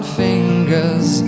fingers